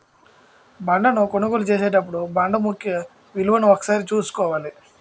బాండును కొనుగోలు చేసినపుడే బాండు ముఖ విలువను ఒకసారి చూసుకోవాల